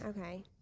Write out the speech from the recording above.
Okay